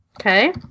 Okay